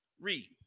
Read